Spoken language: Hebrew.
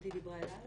גברתי דיברה אליי?